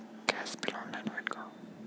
Gas bill online होईल का?